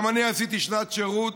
גם אני עשיתי שנת שירות,